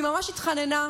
והיא ממש התחננה, ביקשה,